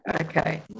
Okay